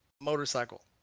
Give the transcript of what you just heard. motorcycle